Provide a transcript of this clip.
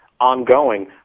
ongoing